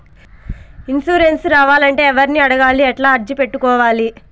Insurance రావాలంటే ఎవర్ని అడగాలి? ఎట్లా అర్జీ పెట్టుకోవాలి?